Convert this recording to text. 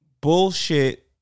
bullshit